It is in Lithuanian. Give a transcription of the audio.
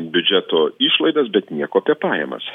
biudžeto išlaidas bet nieko apie pajamas